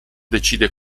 decide